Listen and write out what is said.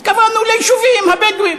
התכוונו ליישובים הבדואיים,